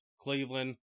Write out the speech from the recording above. Cleveland